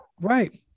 Right